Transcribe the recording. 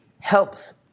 helps